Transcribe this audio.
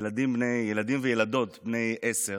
ילדים וילדות בני עשר